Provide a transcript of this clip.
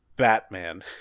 batman